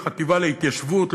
לחטיבה להתיישבות,